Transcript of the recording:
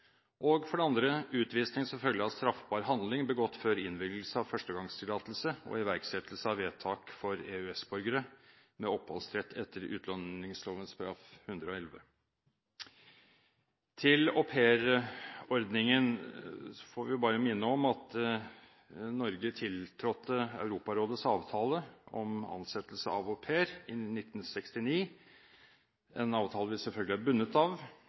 og for det andre utvisning som følge av straffbar handling begått før innvilgelse av førstegangstillatelse og iverksettelse av vedtak for EØS-borgere med oppholdsrett etter utlendingsloven § 111. Når det gjelder aupairordningen, får vi bare minne om at Norge tiltrådte Europarådets avtale om ansettelse av au pair i 1969 – en avtale vi selvfølgelig er bundet av.